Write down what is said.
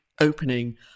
opening